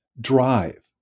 drive